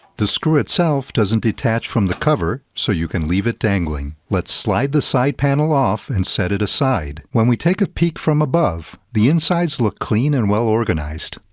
the screw itself doesn't detach from the cover so you can leave it dangling. let's slide the side panel off and set it aside. when we take a peek from above, the insides look clean and well organized.